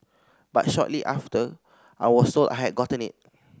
but shortly after I was sold I had gotten it